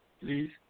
please